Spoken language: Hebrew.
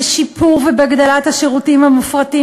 בשיפור ובהגדלת השירותים המופרטים